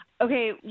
Okay